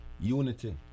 Unity